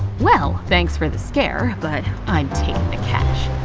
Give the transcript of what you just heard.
well, thanks for the scare, but i'm takin' the cash!